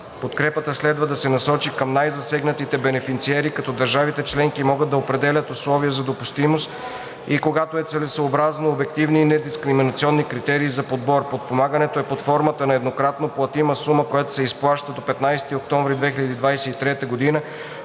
Подкрепата следва да се насочи към най-засегнатите бенефициери, като държавите членки могат да определят условия за допустимост и когато е целесъобразно, обективни и недискриминационни критерии за подбор. Подпомагането е под формата на еднократно платима сума, която се изплаща до 15 октомври 2023 г.